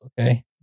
Okay